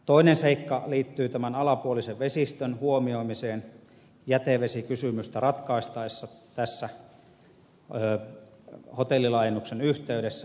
toinen seikka liittyy tämän alapuolisen vesistön huomioimiseen jätevesikysymystä ratkaistaessa hotellilaajennuksen yhteydessä